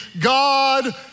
God